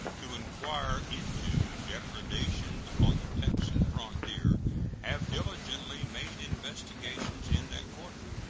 to inquire into depredations on the texan frontier have diligently made investigations in that quarter.